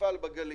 ממפעל בגליל.